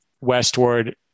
westward